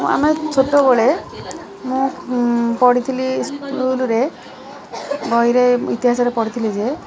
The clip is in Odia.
ଆମେ ଛୋଟବେଳେ ମୁଁ ପଢ଼ିଥିଲି ସ୍କୁଲ୍ରେ ବହିରେ ଇତିହାସରେ ପଢ଼ିଥିଲି ଯେ